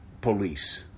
police